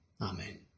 Amen